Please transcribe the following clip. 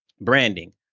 branding